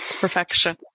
Perfection